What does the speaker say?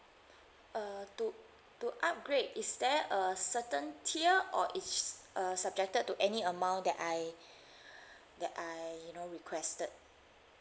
uh to to upgrade is there a certain tier or it's uh subjected to any amount that I that I you know requested